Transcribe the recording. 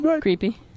Creepy